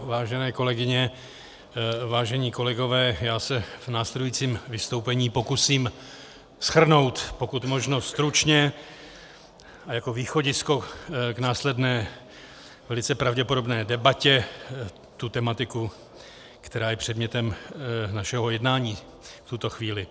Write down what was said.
Vážené kolegyně, vážení kolegové, v následujícím vystoupení se pokusím shrnout, pokud možno stručně, jako východisko k následné velice pravděpodobné debatě tematiku, která je předmětem našeho jednání v tuto chvíli.